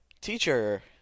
teacher